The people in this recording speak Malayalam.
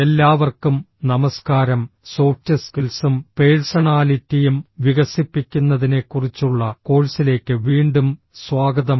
എല്ലാവർക്കും നമസ്കാരം സോഫ്റ്റ് സ്കിൽസും പേഴ്സണാലിറ്റിയും വികസിപ്പിക്കുന്നതിനെക്കുറിച്ചുള്ള കോഴ്സിലേക്ക് വീണ്ടും സ്വാഗതം